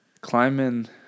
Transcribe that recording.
Climbing